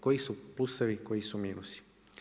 Koji su plusevi, koji su minusi?